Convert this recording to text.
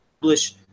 publish